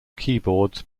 keyboards